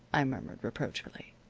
i murmured, reproachfully.